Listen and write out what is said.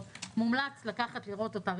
דוחפים את המחירים למעלה.